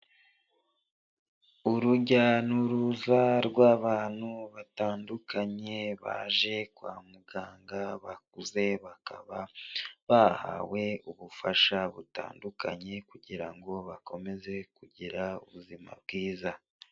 Urujya n'uruza rw'abantu batandukanye baje kwa muganga bakuze, bakaba bahawe ubufasha butandukanye kugira ngo bakomeze kugira ubuzima bwiza.